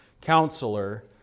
Counselor